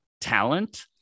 talent